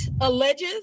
alleges